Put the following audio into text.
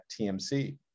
TMC